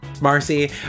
Marcy